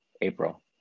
April